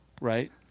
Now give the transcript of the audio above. right